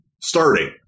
starting